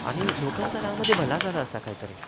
आणि लोकांचं त्यामध्ये भलं झाला असता काहीतरी